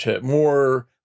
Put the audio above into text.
more